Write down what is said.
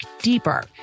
deeper